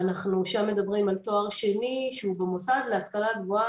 אנחנו מדברים שם על תואר שני שהוא במוסד להשכלה גבוהה,